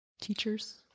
teachers